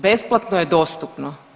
Besplatno je dostupno.